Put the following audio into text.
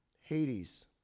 Hades